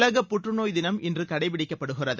உலக புற்றுநோய் தினம் இன்று கடைப்பிடிக்கப்படுகிறது